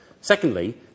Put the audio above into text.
Secondly